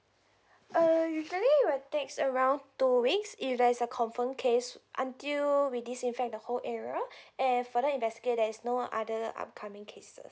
err usually will takes around two weeks if there's a confirm case until we disinfect the whole area and further investigate there's no other upcoming cases